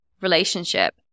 relationship